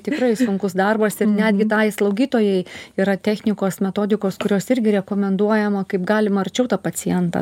tikrai sunkus darbas ir netgi tai slaugytojai yra technikos metodikos kurios irgi rekomenduojama kaip galima arčiau tą pacientą